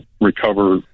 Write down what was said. recover